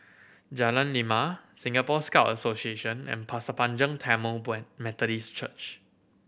Jalan Lima Singapore Scout Association and Pasir Panjang Tamil Methodist Church